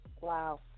Wow